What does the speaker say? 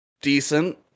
decent